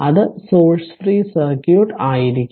അത് source free circuit ആയിരിക്കും